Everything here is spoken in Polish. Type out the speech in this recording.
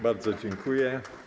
Bardzo dziękuję.